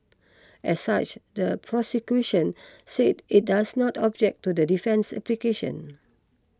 as such the prosecution said it does not object to the defence's application